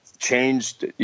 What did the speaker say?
changed